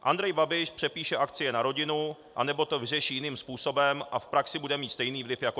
Andrej Babiš přepíše akcie na rodinu anebo to vyřeší jiným způsobem a v praxi bude mít stejný vliv jako dosud.